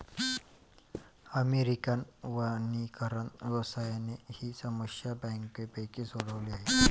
American वनीकरण व्यवसायाने ही समस्या बऱ्यापैकी सोडवली आहे